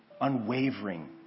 unwavering